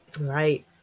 Right